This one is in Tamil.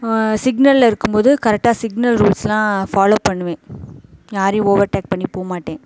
சிக்னலில் இருக்கும் போது கரெக்டாக சிக்னல் ரூல்ஸுலாம் ஃபாலோ பண்ணுவேன் யாரையும் ஓவர்டேக் பண்ணி போக மாட்டேன்